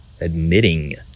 Admitting